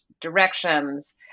directions